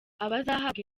abazahabwa